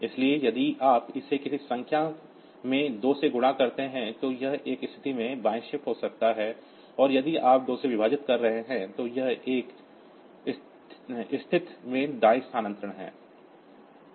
इसलिए यदि आप इसे किसी भी संख्या में 2 से गुणा करते हैं तो यह एक स्थिति से बाएं शिफ्ट हो जाता है और यदि आप 2 से विभाजित कर रहे हैं तो यह एक स्थिति से दाएं स्थानांतरण है